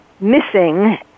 missing